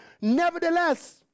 nevertheless